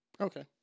Okay